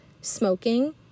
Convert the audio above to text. smoking